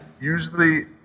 usually